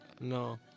No